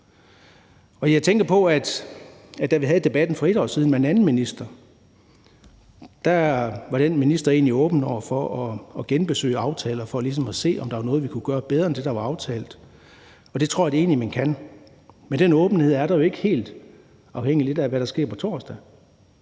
da vi havde debatten for et år siden med en anden minister, var den minister egentlig åben over for at genbesøge aftaler for ligesom at se, om der var noget, vi kunne gøre bedre end det, der var aftalt, og det tror jeg egentlig man kan. Men den åbenhed er der jo ikke helt, lidt afhængigt af hvad der sker på torsdag.